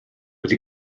wedi